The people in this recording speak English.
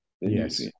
Yes